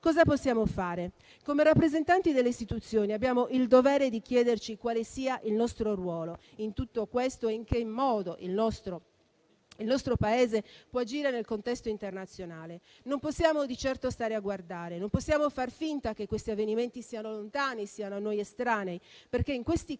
cosa possiamo fare? Come rappresentanti delle istituzioni abbiamo il dovere di chiederci quale sia il nostro ruolo in tutto questo e in che modo il nostro Paese può agire nel contesto internazionale. Non possiamo di certo stare a guardare e non possiamo far finta che questi avvenimenti siano lontani e siano a noi estranei, perché, in questi casi,